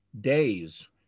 days